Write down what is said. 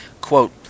Quote